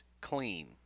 clean